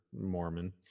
Mormon